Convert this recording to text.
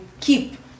keep